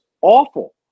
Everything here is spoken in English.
awful